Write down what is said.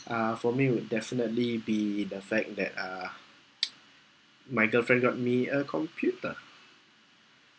uh for me it would definitely be the fact that uh my girlfriend got me a computer